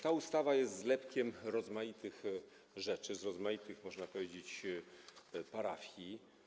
Ta ustawa jest zlepkiem rozmaitych rzeczy z rozmaitych, można powiedzieć, parafii.